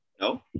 No